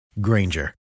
Granger